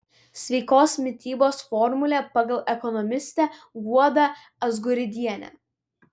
sveikos mitybos formulė pagal ekonomistę guodą azguridienę